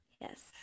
Yes